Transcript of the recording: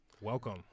Welcome